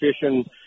fishing